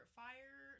fire